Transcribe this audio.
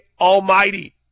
almighty